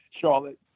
Charlotte